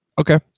Okay